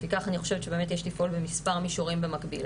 לפיכך אני חושבת שבאמת יש לפעול במספר מישורים במקביל: